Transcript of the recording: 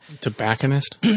Tobacconist